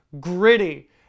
gritty